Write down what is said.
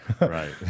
Right